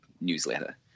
newsletter